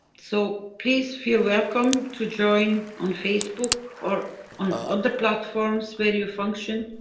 so, please feel welcome to join on facebook or on other platforms where you function,